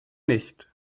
nicht